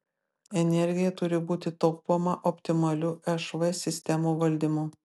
energija turi būti taupoma optimaliu šv sistemų valdymu